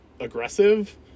aggressive